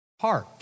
heart